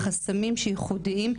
החסמים שייחודיים.